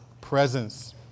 presence